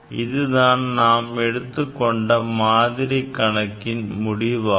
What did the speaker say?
இதுதான் நாம் எடுத்துக் கொண்ட மாதிரி கணக்கின் முடிவாகும்